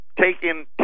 Taking